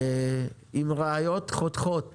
עם ראיות חותכות